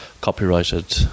copyrighted